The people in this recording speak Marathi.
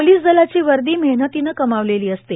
पोलीस दलाची वर्दी मेहनतीनं कमावलेली असते